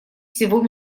всего